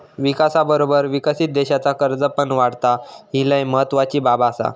विकासाबरोबर विकसित देशाचा कर्ज पण वाढता, ही लय महत्वाची बाब आसा